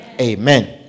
amen